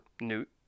Newt